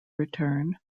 return